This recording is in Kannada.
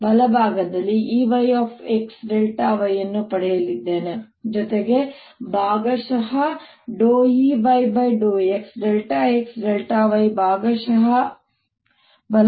ಮತ್ತು ಬಲಭಾಗದಲ್ಲಿ ನಾನು Eyxy ಅನ್ನು ಪಡೆಯಲಿದ್ದೇನೆ ಜೊತೆಗೆ ಭಾಗಶಃ Ey∂xxy ಭಾಗಶಃ ಅನ್ನು ಬಲಭಾಗದ ಸಾಲಿನಲ್ಲಿ ಪಡೆಯಲಿದ್ದೇನೆ